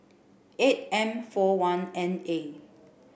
eight M four one N A